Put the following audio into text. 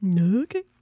okay